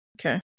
Okay